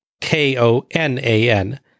K-O-N-A-N